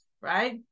Right